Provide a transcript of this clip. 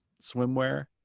swimwear